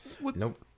Nope